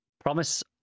promise